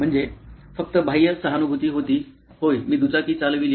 म्हणजे फक्त बाह्य सहानुभूती होती होय मी दुचाकी चालविली